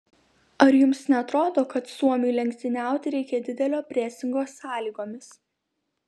ar jums neatrodo kad suomiui lenktyniauti reikia didelio presingo sąlygomis